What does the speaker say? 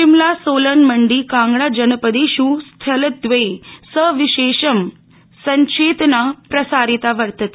शिमला सोलन मण्डी कांगड़ा जनपदेष् स्थलेदवये सविशेषं संचेतना प्रसारिता वर्तते